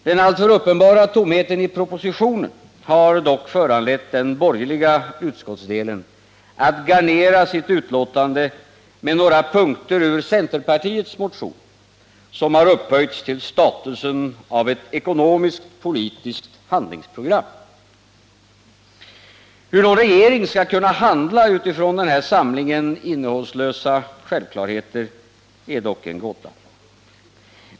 Den alltför uppenbara tomheten i propositionen har dock föranlett den borgerliga utskottsdelen att garnera sitt betänkande med några punkter ur centermotionen, som upphöjts till statusen av ett ekonomiskt-politiskt handlingsprogram. Hur någon regering skall kunna handla utifrån denna samling innehållslösa självklarheter är dock en gåta.